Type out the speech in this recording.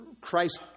Christ